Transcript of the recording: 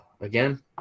again